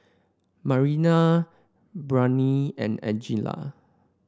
Mariana Bryant and Angella